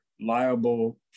liable